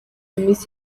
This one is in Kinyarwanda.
miss